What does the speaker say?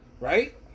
right